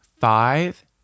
five